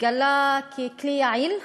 התגלה ככלי יעיל,